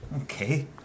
Okay